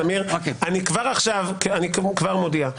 כבר מודיע,